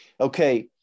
okay